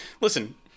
listen